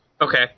Okay